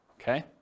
okay